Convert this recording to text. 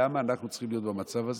למה אנחנו צריכים להיות במצב הזה?